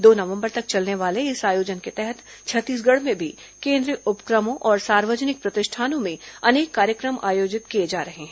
दो नवंबर तक चलने वाले इस आयोजन के तहत छत्तीसगढ़ में भी केंद्रीय उप क्र मों और सार्वजनिक प्रतिष्ठानों में अनेक कार्य क्र म आयोजित किए जा रहे हैं